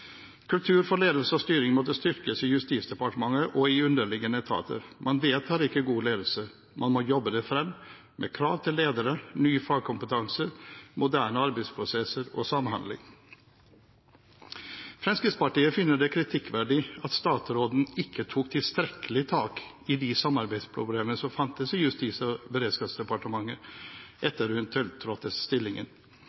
Kultur for ledelse og styring måtte styrkes i Justisdepartementet og i underliggende etater. Man vedtar ikke god ledelse, man må jobbe det fram, med krav til ledere, ny fagkompetanse, moderne arbeidsprosesser og samhandling.» Fremskrittspartiet finner det kritikkverdig at statsråden ikke tok tilstrekkelig tak i de samarbeidsproblemene som fantes i Justis- og beredskapsdepartementet etter at hun tiltrådte stillingen.